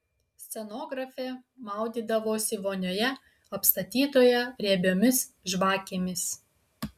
scenografė maudydavosi vonioje apstatytoje riebiomis žvakėmis